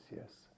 yes